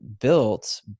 built